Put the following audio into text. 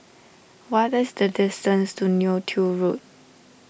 what is the distance to Neo Tiew Road